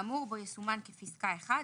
האמור בו יסומן בפסקה "(1),